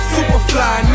Superfly